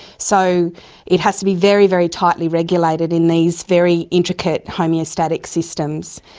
so it has to be very, very tightly regulated in these very intricate homoeostatic systems.